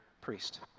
priest